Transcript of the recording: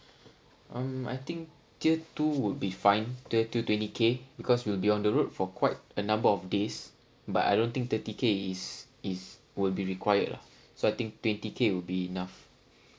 um I think tier two would be fine tier two twenty K because we'll be on the road for quite a number of days but I don't think thirty K is is will be required lah so I think twenty K will be enough